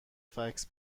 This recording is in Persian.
فکس